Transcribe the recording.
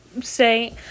say